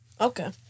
Okay